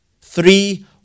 Three